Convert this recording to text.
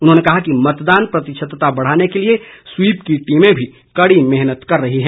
उन्होंने कहा कि मतदान प्रतिशतता बढ़ाने के लिए स्वीप की टीमें भी कड़ी मेहनत कर रही हैं